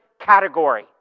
category